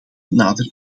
nader